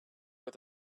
with